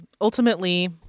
Ultimately